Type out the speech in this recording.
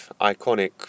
iconic